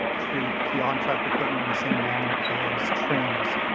treat the ontrack equipment on the same manner as trains.